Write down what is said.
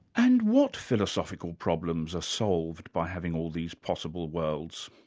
and what philosophical problems are solved by having all these possible worlds?